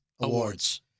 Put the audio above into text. Awards